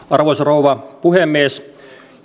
arvoisa rouva puhemies